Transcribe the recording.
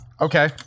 Okay